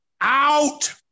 out